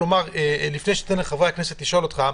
לפני שניתן לחברי הכנסת לשאול אותך,